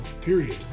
Period